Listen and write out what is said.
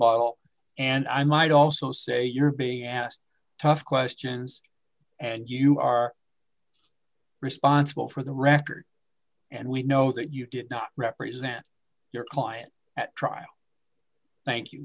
rebuttal and i might also say you're being asked tough questions and you are responsible for the record and we know that you did not represent your client at trial thank you